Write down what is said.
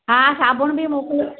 हा साबुण बि मोकिलियो